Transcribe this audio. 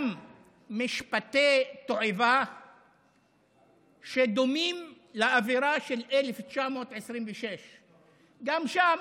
גם במשפטי תועבה שדומים לאווירה של 1926. גם שם